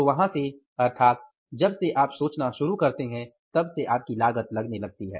तो वहां से अर्थात जब से आप सोचना शुरू करते हैं तब से आपकी लागत लगने लगती है